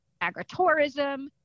agritourism